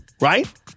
right